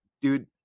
dude